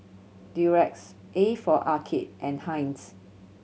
Durex A for Arcade and Heinz